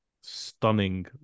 stunning